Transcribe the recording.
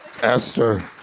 Esther